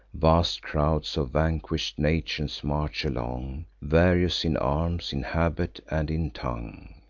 vast crowds of vanquish'd nations march along, various in arms, in habit, and in tongue.